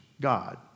God